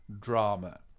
drama